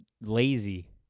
lazy